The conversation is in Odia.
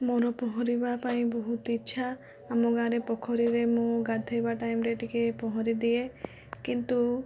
ମୋର ପହଁରିବା ପାଇଁ ବହୁତ ଇଚ୍ଛା ଆମ ଗାଁରେ ପୋଖରୀରେ ମୁଁ ଗାଧୋଇବା ଟାଇମ୍ରେ ଟିକେ ପହଁରିଦିଏ କିନ୍ତୁ